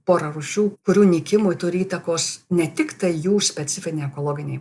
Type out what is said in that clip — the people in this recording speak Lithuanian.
porą rūšių kurių nykimui turi įtakos ne tik ta jų specifinė ekologiniai